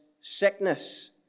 sickness